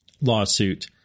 lawsuit